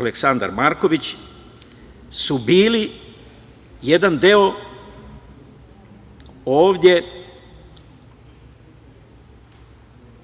Aleksandar Marković, je bio jedan deo